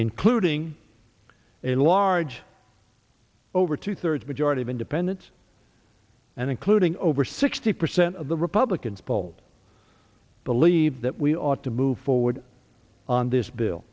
including a large over two thirds majority of independents and including over sixty percent of the republicans polled believe that we ought to move forward on this bill